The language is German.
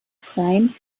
freien